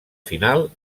final